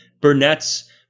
Burnett's